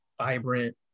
vibrant